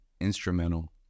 instrumental